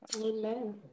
amen